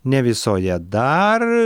ne visoje dar